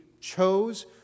chose